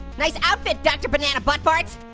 nice outfit, dr. banana butt farts.